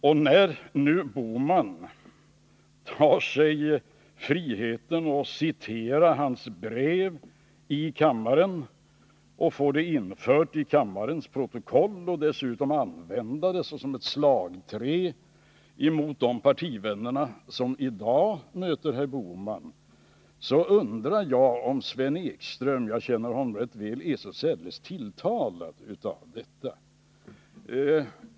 När nu herr Bohman tar sig friheten att citera hans brev i kammaren för att få det infört i riksdagens protokoll och dessutom använda brevet som ett slagträ mot de partivänner till Sven Ekström som i dag bemöter herr Bohman, undrar jag om Sven Ekström — jag känner honom rätt väl — är så särdeles tilltalad av detta.